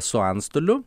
su antstoliu